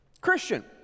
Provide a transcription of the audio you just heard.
Christian